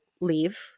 leave